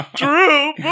True